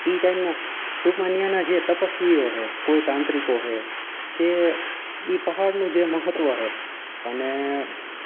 એ ટાઈમને ટૂંકમાં ત્યાંના જે તપસ્વીઓ છે કોઈ તાંત્રીકો છે કે એ પહાડનું જે મહત્ત્વ છે અને